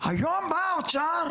אז היום בא משרד האוצר,